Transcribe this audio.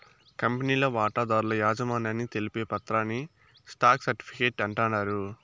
కంపెనీల వాటాదారుల యాజమాన్యాన్ని తెలిపే పత్రాని స్టాక్ సర్టిఫీకేట్ అంటాండారు